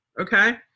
okay